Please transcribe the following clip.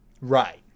Right